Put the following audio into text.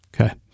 Okay